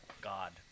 God